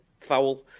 foul